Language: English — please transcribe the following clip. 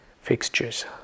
fixtures